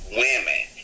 women